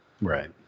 Right